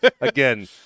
again